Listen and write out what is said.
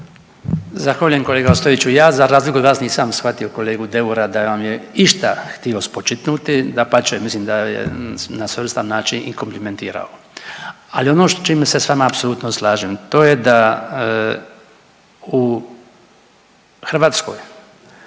Zahvaljujem kolega Ostojiću. Ja za razliku od vas nisam shvatio kolegu Deura da vam je išta htio spočitnuti, dapače, mislim da je na svojstven način i komplimentirao. Ali ono s čime se s vama apsolutno slažem, to je da u Hrvatskoj